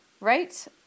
right